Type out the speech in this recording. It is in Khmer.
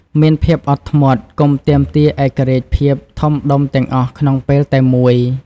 មានភាពអត់ធ្មត់ កុំទាមទារឯករាជ្យភាពធំដុំទាំងអស់ក្នុងពេលតែមួយ។